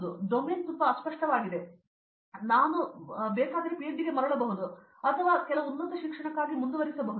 ಅಥವಾ ಡೊಮೇನ್ ತುಂಬಾ ಅಸ್ಪಷ್ಟವಾಗಿದೆ ಎಂದು ನಾನು ಭಾವಿಸಿದರೆ ನಾನು ಪಿಎಚ್ಡಿಗೆ ಮರಳಬಹುದು ಅಥವಾ ನಾನು ಕೆಲವು ಉನ್ನತ ಶಿಕ್ಷಣಕ್ಕಾಗಿ ಮುಂದುವರಿಸಬಹುದು